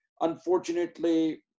Unfortunately